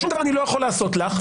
שום דבר אני לא יכול לעשות לך.